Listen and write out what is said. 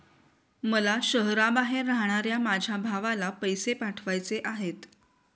मला शहराबाहेर राहणाऱ्या माझ्या भावाला पैसे पाठवायचे आहेत